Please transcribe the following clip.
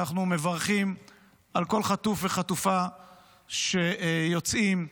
שאנחנו מברכים על כל חטוף וחטופה שיוצאים ומשוחררים,